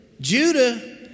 Judah